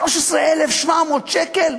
13,700 שקלים?